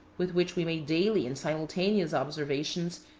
with which we made daily and simultaneous observations,